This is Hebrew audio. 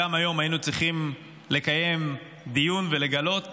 גם היום היינו צריכים לקיים דיון ולגלות